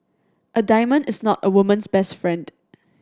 a diamond is not a woman's best friend